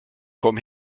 komm